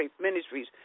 Ministries